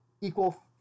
equal